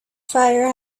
fire